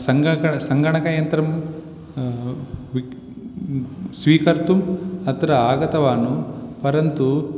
सङगकण् सङ्गणकयन्त्रं विक् स्वीकर्तुम् अत्र आगतवान् परन्तु